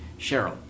Cheryl